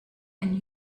and